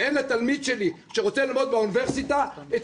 אין לתלמיד שלי שרוצה ללמוד באוניברסיטה את